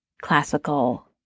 classical